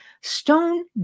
stone